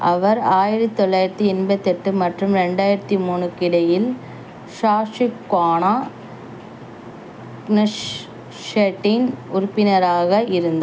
அவர் ஆயிரத்து தொள்ளாயிரத்து எண்பத்தெட்டு மற்றும் ரெண்டாயிரத்து மூனுக்கிடையில் ஷாஸுக்கானா க்னெஸ்ஸெட்டின் உறுப்பினராக இருந்தார்